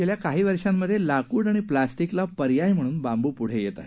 गेल्या काही वर्षात लाकूड आणि प्लास्टिकला पर्याय म्हणून बांबू पुढे येत आहे